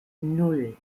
nan